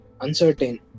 Uncertain